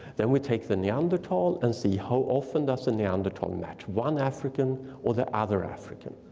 then we take the neanderthal and see how often does the neanderthal match one african or the other african.